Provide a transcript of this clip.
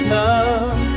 love